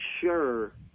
sure